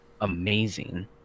amazing